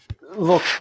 Look